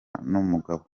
n’umugabo